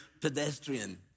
pedestrian